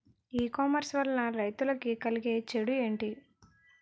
ఈ కామర్స్ వలన రైతులకి కలిగే చెడు ఎంటి?